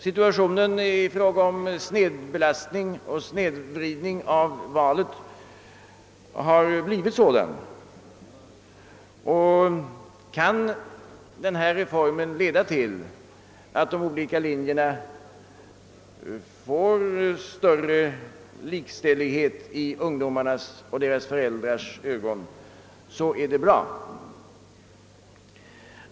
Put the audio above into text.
Situationen har blivit sådan i fråga om snedbelastning och snedvridning av linjevalet, att om reformen kan leda till att de olika linjerna anses mera jämställda av ungdomarna och deras föräldrar, är det bra.